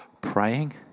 praying